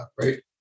right